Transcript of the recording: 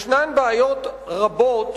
יש בעיות רבות,